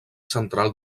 central